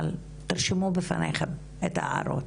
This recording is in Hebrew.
אבל תרשמו בפניכם את ההערות.